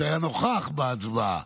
שהיה נוכח בהצבעה,